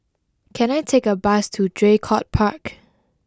can I take a bus to Draycott Park